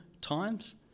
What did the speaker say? times